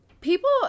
people